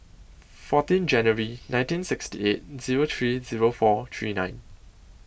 fourteen January nineteen sixty eight Zero three Zero four three nine